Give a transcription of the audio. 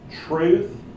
truth